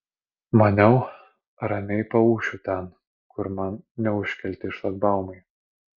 maniau ramiai paūšiu ten kur man neužkelti šlagbaumai